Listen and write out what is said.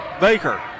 Baker